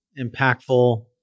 impactful